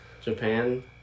Japan